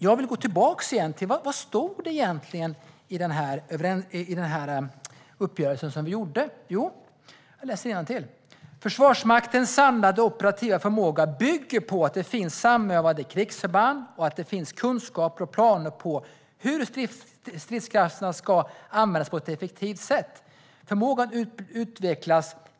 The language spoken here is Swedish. Jag vill gå tillbaka till uppgörelsen som vi gjorde. Vad stod det egentligen? "Försvarsmaktens samlade operativa förmåga bygger på att det finns samövade krigsförband och att det finns kunskaper och planer på hur stridskrafterna ska användas på ett effektivt sätt. Förmågan utvecklas .